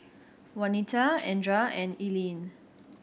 Wanita Andra and Ilene